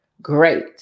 Great